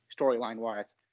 storyline-wise